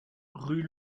rue